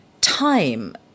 time